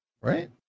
right